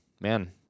man